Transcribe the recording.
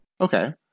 Okay